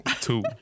Two